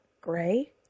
Gray